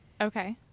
okay